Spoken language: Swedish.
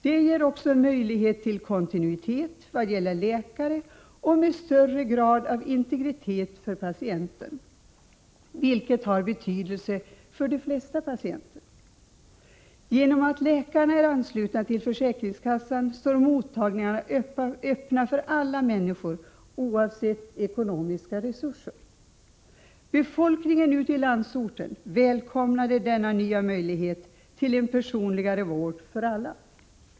Det ger också möjlighet till kontinuitet vad gäller läkare och större grad av integritet för patienten, vilket har betydelse för de flesta patienter. Genom att läkarna är anslutna till försäkringskassan står mottagningarna öppna för alla människor, oavsett ekonomiska resurser. Befolkningen ute i landsorten välkomnade denna nya möjlighet till en personligare sjukvård för alla.